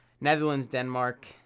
Netherlands-Denmark